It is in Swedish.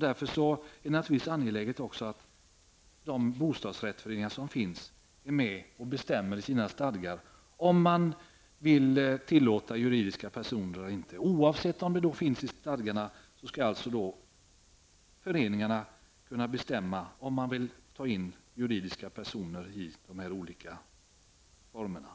Därför är det naturligtvis angeläget att de bostadsrättsföreningar som finns är med och bestämmer i stadgarna om juridiska personer skall tillåtas eller inte. Oavsett om frågan är upptagen i stadgarna eller ej skall föreningarna kunna bestämma om juridiska personer skall kunna tas